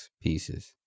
pieces